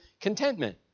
contentment